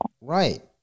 Right